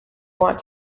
want